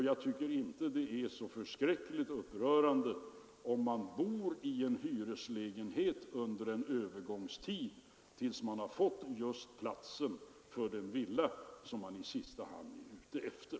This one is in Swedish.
Jag tycker inte att det är så förskräckligt upprörande om någon som utlokaliserats får bo i ett hyreshus under en övergångstid, tills han fått en tomt till den villa som han i sista hand är ute efter.